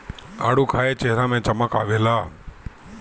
आडू खाए चेहरा में चमक आवेला